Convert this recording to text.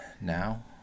now